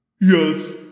Yes